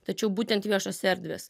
tačiau būtent viešos erdvės